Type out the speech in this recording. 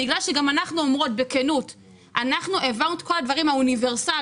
בגלל שגם אנחנו אומרות בכנות שאנחנו העברנו את כל הדברים האוניברסליים